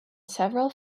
several